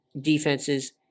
defenses